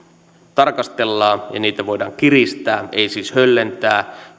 tarkastellaan ja niitä voidaan kiristää ei siis höllentää